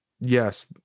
Yes